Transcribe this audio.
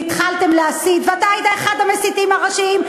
והתחלתם להסית, ואתה היית אחד המסיתים הראשיים.